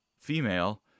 female